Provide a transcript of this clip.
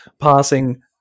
passing